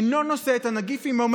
אינו נושא את הנגיף עימו,